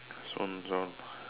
soon soon